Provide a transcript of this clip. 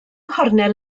nghornel